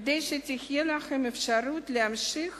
כדי שתהיה להם אפשרות להמשיך